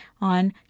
on